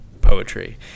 poetry